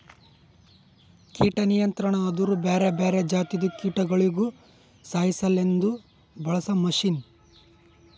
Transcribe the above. ಕೀಟ ನಿಯಂತ್ರಣ ಅಂದುರ್ ಬ್ಯಾರೆ ಬ್ಯಾರೆ ಜಾತಿದು ಕೀಟಗೊಳಿಗ್ ಸಾಯಿಸಾಸಲೆಂದ್ ಬಳಸ ಮಷೀನ್